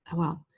ah well,